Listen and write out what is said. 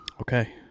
Okay